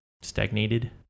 stagnated